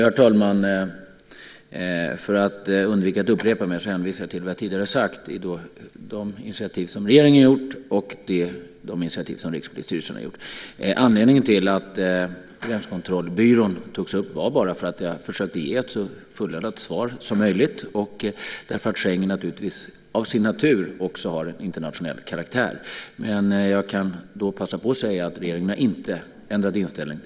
Herr talman! För att undvika att upprepa mig hänvisar jag till vad jag tidigare har sagt om de initiativ som regeringen tagit och de initiativ som Rikspolisstyrelsen har tagit. Anledningen till att gränskontrollbyrån togs upp var att jag försökte ge ett så fullödigt svar som möjligt och att Schengen har en internationell karaktär. Jag kan passa på att säga att regeringen inte har ändrat inställning.